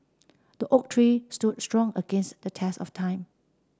the oak tree stood strong against the test of time